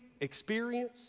experience